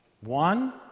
One